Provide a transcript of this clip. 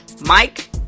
Mike